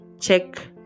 check